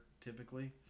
typically